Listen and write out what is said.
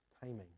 timing